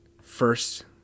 First